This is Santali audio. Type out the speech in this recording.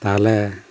ᱛᱟᱦᱚᱞᱮ